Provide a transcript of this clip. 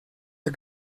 der